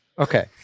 Okay